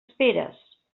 esperes